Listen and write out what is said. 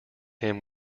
him